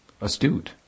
astute